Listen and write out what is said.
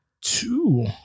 Two